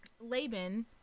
Laban